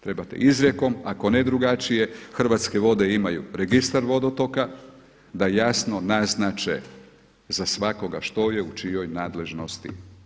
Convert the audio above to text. Trebate izrijekom, ako ne drugačije, Hrvatske vode imaju registar vodotoka, da jasno naznače za svakoga što je u čijoj nadležnosti.